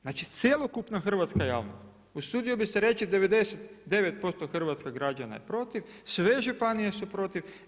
Znači cjelokupna hrvatska javnost usudio bih se reći 99% hrvatskih građana je protiv, sve županije su protiv.